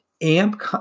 AMP